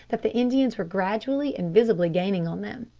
that the indians were gradually and visibly gaining on them.